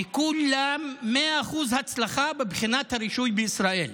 וכולם 100% הצלחה בבחינת הרישוי בישראל.